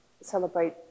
celebrate